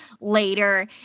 later